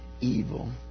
evil